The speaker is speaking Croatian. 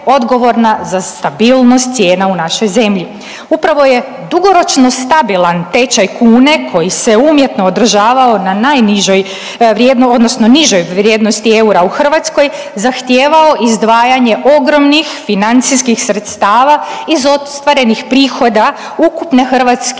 za stabilnost cijena u našoj zemlji. Upravo je dugoročno stabilan tečaj kune koji se umjetno održavao na najnižoj odnosno nižoj vrijednosti eura u Hrvatskoj zahtijevao izdvajanje ogromnih financijskih sredstava iz ostvarenih prihoda ukupne hrvatske